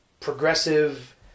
progressive